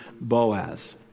Boaz